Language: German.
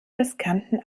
riskanten